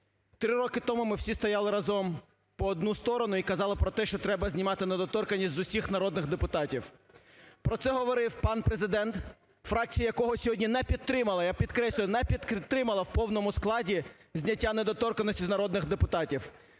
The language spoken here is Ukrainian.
Три роки тому ми всі стояли разом по одну сторону і казали про те, що треба знімати недоторканність з усіх народних депутатів, про це говорив пан Президент, фракція якого не підтримала, я підкреслюю, не підтримала у повному складі зняття недоторканності з народних депутатів;